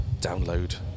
download